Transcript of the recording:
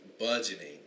budgeting